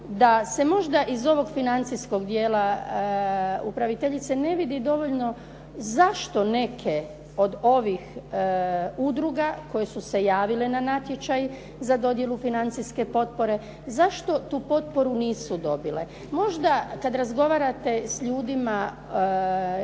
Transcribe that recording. da se možda iz ovog financijskog dijela upraviteljice ne vidi dovoljno zašto neke od ovih udruga koje su se javile na natječaj za dodjelu financijske potpore, zašto tu potporu nisu dobile? Možda kada razgovarate s ljudima na